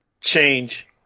change